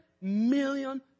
million